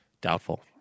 Doubtful